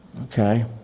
okay